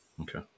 Okay